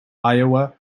iowa